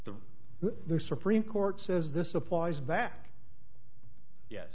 there supreme court says this applies back ye